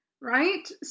right